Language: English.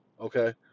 Okay